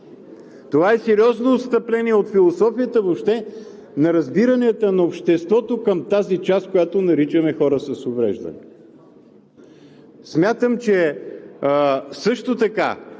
Това е сериозно отстъпление от философията въобще на разбиранията на обществото към тази част, която наричаме „хора с увреждания“. Също така